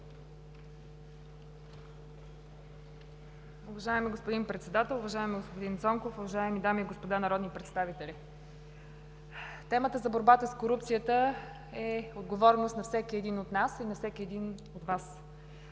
Уважаеми господин Председател, уважаеми господин Цонков, уважаеми дами и господа народни представители! Темата за борбата с корупцията е отговорност на всеки един от нас, на всеки от Вас